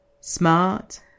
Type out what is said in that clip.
smart